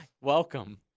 Welcome